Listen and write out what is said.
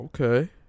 Okay